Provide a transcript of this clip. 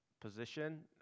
position